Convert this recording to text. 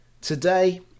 Today